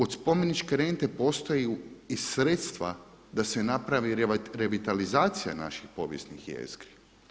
Od spomeničke rente … i sredstva da se napravi revitalizacija naših povijesnih jezgri.